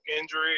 injury